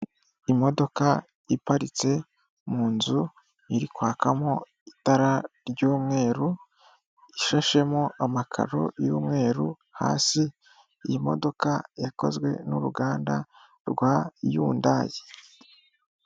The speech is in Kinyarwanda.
Imodoka iparitse mu nzu, iri kwakamo itara ry'mweru, ishashemo amakaro y'umweru hasi , iyi modoka yakozwe n'uruganda rwa Yundayi.